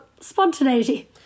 spontaneity